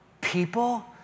people